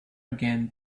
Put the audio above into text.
again